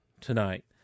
tonight